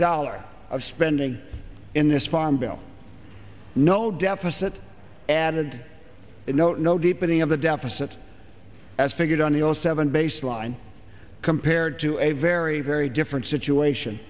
dollar of spending in this farm bill no deficit and no no deepening of the deficit as figured on the all seven baseline compared to a very very different situation